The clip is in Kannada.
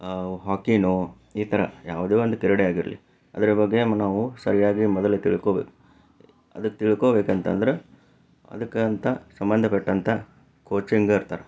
ಹಾಕೀನೋ ಈ ಥರ ಯಾವುದೇ ಒಂದು ಕ್ರೀಡೆ ಆಗಿರಲಿ ಅದರ ಬಗ್ಗೆ ನಾವು ಸರಿಯಾಗಿ ಮೊದಲು ತಿಳ್ಕೋಬೇಕು ಅದಕ್ಕೆ ತಿಳ್ಕೋಬೇಕಂತಂದ್ರೆ ಅದಕ್ಕಂತ ಸಂಬಂಧಪಟ್ಟಂತ ಕೋಚಿಂಗ್ ಇರ್ತಾರೆ